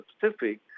Pacific